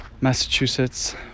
massachusetts